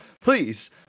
Please